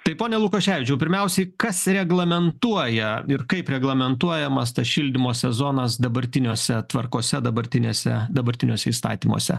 tai pone lukoševičiau pirmiausiai kas reglamentuoja ir kaip reglamentuojamas tas šildymo sezonas dabartiniuose tvarkose dabartinėse dabartiniuose įstatymuose